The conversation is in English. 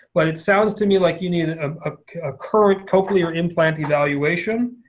but it sounds to me like you need a ah current cochlear implant evaluation.